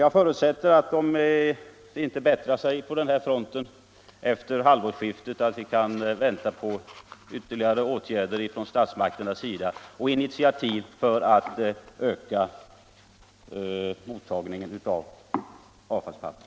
Jag förutsätter att om det inte bättrar sig på den här fronten efter halvårsskiftet bör vi kunna förvänta ytterligare åtgärder och initiativ från statsmakternas sida för att öka mottagningen av avfallspapper.